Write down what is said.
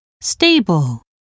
stable